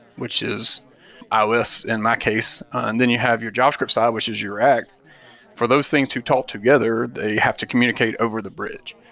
which is ios in my case. and then you have your javascript side, which is your react for those things to talk together, they have to communicate over the bridge.